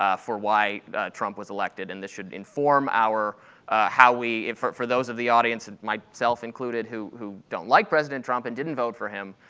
um for why trump was elected, and this should inform how we, for for those of the audience, myself included who who don't like president trump and didn't vote for him,